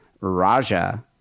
Raja